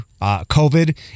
COVID